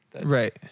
Right